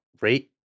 rate